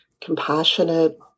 compassionate